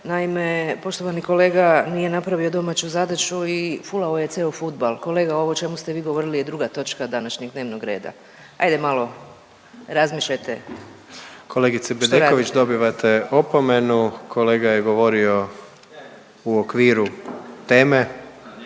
Naime, poštovani kolega nije napravio domaću zadaću i fulao je ceo fudbal. Kolega ovo o čemu ste vi govorili je druga točka današnjeg dnevnog reda, ajde malo razmišljajte što radite. **Jandroković, Gordan (HDZ)** Kolegice Bedeković dobivate opomenu, kolega je govorio u okviru teme